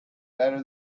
better